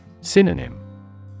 Synonym